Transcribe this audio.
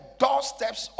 doorsteps